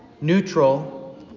neutral